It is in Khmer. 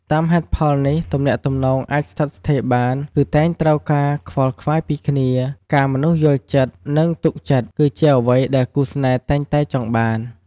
តាមហេតុផលនេះទំនាក់ទំនងអាចស្ថិតស្ថេរបានគឺតែងត្រូវការខ្វល់ខ្វាយពីគ្នា ការមនុស្សយល់ចិត្ត និងទុកចិត្តគឺជាអ្វីដែលគូរស្នេហ៍តែងតែចង់បាន។